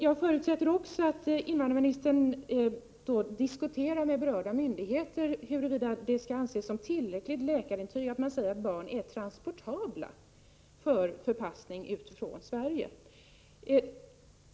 Jag förutsätter också att invandrarministern diskuterar med berörda myndigheter huruvida det skall anses vara tillräckligt att det i läkarintyg sägs att barn är ”transportabla” för att de skall kunna förpassas ut ur Sverige.